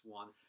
one